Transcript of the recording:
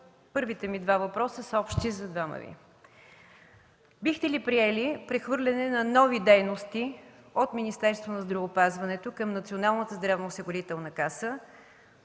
Първите ми два въпроса са общи за двама Ви. Бихте ли приели прехвърляне на нови дейности от Министерството на здравеопазването към Националната здравноосигурителна каса